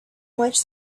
much